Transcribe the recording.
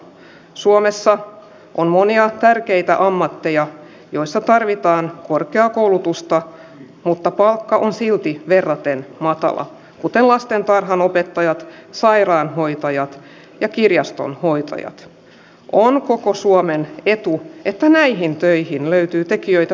suomessa on monia tärkeitä ammatteja joissa tarvitaan korkeakoulutusta mutta palkka on silti verraten matala kuten lastentarhanopettajat sairaanhoitajat ja kirjastonhoitajat on koko suomen etu että haihin töihin löytyy tekijöitä